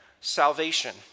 salvation